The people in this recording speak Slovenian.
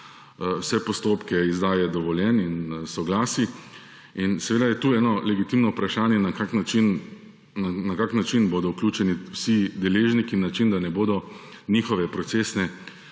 vse postopke izdaje dovoljenj in soglasij in seveda je tu eno legitimno vprašanje, na kak način bodo vključeni vsi deležniki, da ne bodo njihove procesne